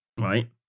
Right